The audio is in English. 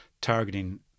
targeting